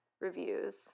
reviews